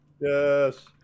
Yes